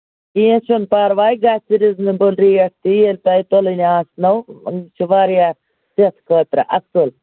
کیٚنٛہہ چھُنہٕ پَرواے گژھِ رِزنیبٕل ریٹ تہِ تہٕ تیٚلہِ واتنو یہِ چھُ واریاہ پرٛتھ خٲطرٕ اَصٕل